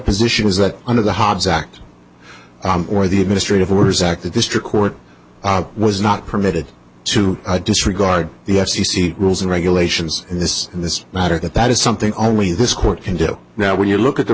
position is that under the hobbs act or the administrative orders act the district court was not permitted to disregard the f c c rules and regulations in this in this matter that that is something only this court can do now when you look at the